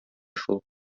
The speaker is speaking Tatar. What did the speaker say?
шул